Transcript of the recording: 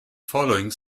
following